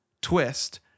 twist